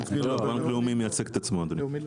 לא, בנק לאומי מייצג את עצמו, אדוני.